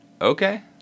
okay